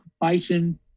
bison